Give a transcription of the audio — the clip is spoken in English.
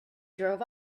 drove